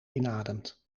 inademt